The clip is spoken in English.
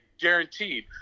guaranteed